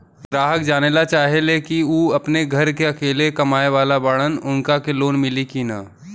ग्राहक जानेला चाहे ले की ऊ अपने घरे के अकेले कमाये वाला बड़न उनका के लोन मिली कि न?